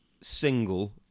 single